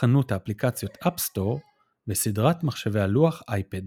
חנות האפליקציות App Store וסדרת מחשבי הלוח אייפד.